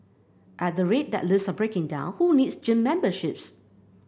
at the rate that lifts are breaking down who needs gym memberships